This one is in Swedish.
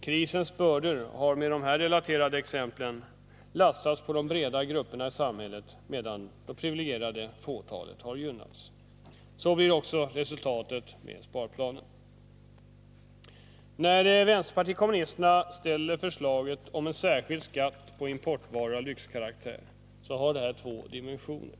Krisens bördor har, med de här relaterade exemplen, lastats på de breda grupperna i samhället, medan det privilegierade fåtalet har gynnats. Så blir också resultatet med sparplanen. När vpk framför förslaget om en särskild skatt på importvaror av lyxkaraktär har detta två dimensioner.